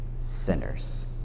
sinners